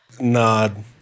nod